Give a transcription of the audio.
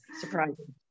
surprising